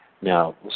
Now